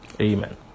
Amen